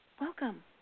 Welcome